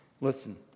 Listen